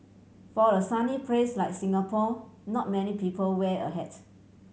for a sunny place like Singapore not many people wear a hat